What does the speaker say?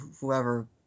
whoever